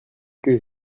que